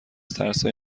ترسهای